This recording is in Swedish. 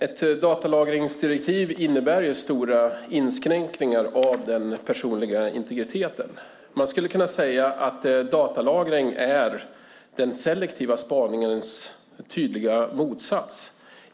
Ett datalagringsdirektiv innebär stora inskränkningar av den personliga integriteten. Man skulle kunna säga att datalagring är den selektiva spaningens tydliga motsats.